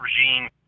regime